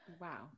Wow